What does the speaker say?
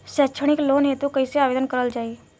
सैक्षणिक लोन हेतु कइसे आवेदन कइल जाला?